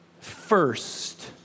first